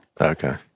okay